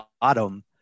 bottom